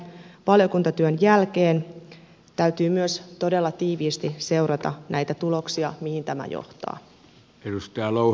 valiokuntatyön jälkeen täytyy myös todella tiiviisti seurata näitä tuloksia mihin tämä johtaa